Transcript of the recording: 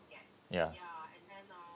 ya